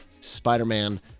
spider-man